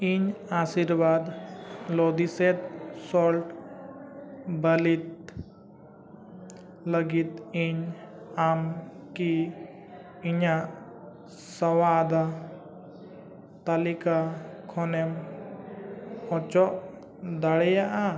ᱤᱧ ᱟᱹᱥᱤᱨᱵᱟᱫᱽ iodised salt ᱵᱟᱛᱤᱞ ᱞᱟᱜᱤᱫ ᱤᱧ ᱟᱢᱠᱤ ᱤᱧᱟᱹᱜ ᱥᱚᱣᱫᱟ ᱛᱟᱞᱤᱠᱟ ᱠᱷᱚᱱᱮᱢ ᱚᱪᱚᱜ ᱫᱟᱲᱮᱭᱟᱜᱼᱟ